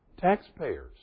Taxpayers